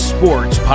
Sports